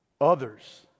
others